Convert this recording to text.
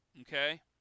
Okay